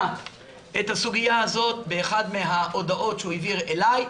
את הסוגיה הזאת באחת מההודעות שהוא העביר אלי,